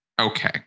Okay